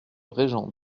régent